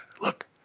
Look